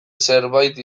zerbait